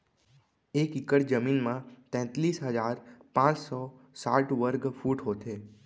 एक एकड़ जमीन मा तैतलीस हजार पाँच सौ साठ वर्ग फुट होथे